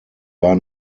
war